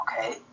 okay